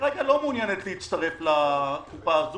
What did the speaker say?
שכרגע לא מעוניינת להצטרף לקופה הזו,